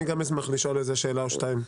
אני גם אשמח לשאול איזה שאלה או שתיים.